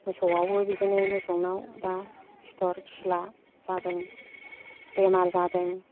मोसौआवबो बिदिनो मोसौनाव दा सिथर सिला जादों बेमार जादों